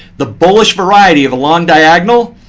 the bullish variety of a long diagonal,